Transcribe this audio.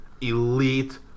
Elite